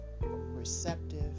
receptive